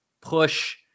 push